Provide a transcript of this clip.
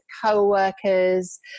co-workers